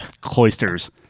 Cloisters